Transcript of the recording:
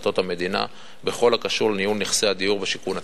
החלטות המדינה בכל הקשור לניהול נכסי הדיור בשיכון הציבורי.